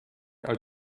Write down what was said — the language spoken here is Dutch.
uit